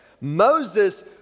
Moses